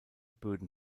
böden